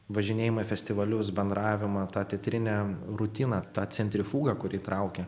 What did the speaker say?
važinėjimą į festivalius bendravimą tą teatrinę rutiną tą centrifugą kuri traukia